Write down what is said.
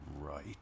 right